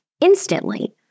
instantly